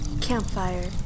Campfire